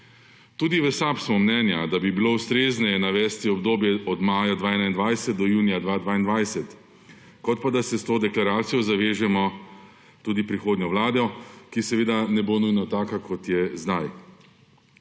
Tudi v SAB smo mnenja, da bi bilo ustrezneje navesti obdobje od maja 2021 od junija 2022, kot da s to deklaracijo zavežemo tudi prihodnjo vlado, ki seveda ne bo nujno taka, kot je zdaj.